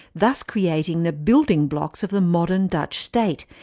thus creating the building blocks of the modern dutch state,